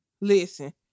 Listen